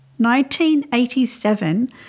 1987